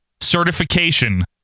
certification